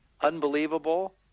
unbelievable